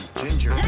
ginger